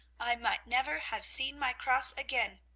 i might never have seen my cross again.